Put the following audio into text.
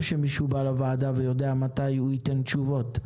שמישהו בא לוועדה ויודע מתי הוא ייתן תשובות.